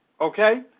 Okay